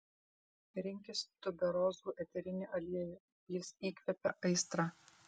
rinkis tuberozų eterinį aliejų jis įkvepia aistrą